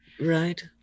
Right